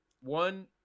one